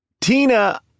Tina